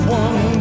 one